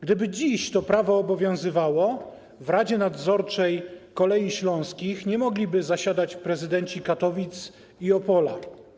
Gdyby dziś to prawo obowiązywało, w radzie nadzorczej Kolei Śląskich nie mogliby zasiadać prezydenci Katowic i Opola.